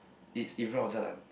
it's in front of